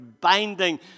binding